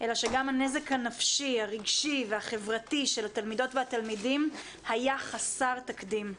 אלא שגם הנזק הנפשי הרגשי והחברתי של התלמידות והתלמידים היה חסר תקדים.